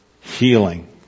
healing